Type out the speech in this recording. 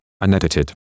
unedited